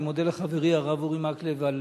אני מודה לחברי הרב אורי מקלב על